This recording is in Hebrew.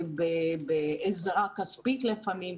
בעזרה כספית לפעמים.